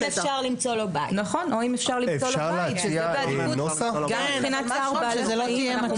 או אם אפשר למצוא לו בית שזה בעדיפות --- גם מבחינת צער בעלי